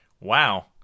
wow